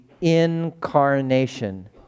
incarnation